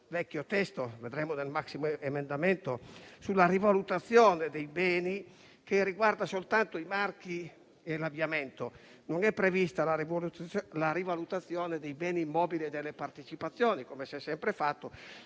originario - vedremo poi nel maxiemendamento - sulla rivalutazione dei beni, che riguarda soltanto i marchi e l'avviamento; non è prevista la rivalutazione dei beni immobili e delle partecipazioni, ma, come si è sempre fatto,